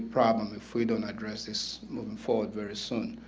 problem if we don't address this moving forward very soon